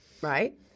Right